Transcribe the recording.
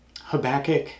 Habakkuk